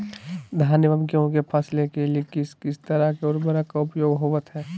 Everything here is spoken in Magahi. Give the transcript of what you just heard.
धान एवं गेहूं के फसलों के लिए किस किस तरह के उर्वरक का उपयोग होवत है?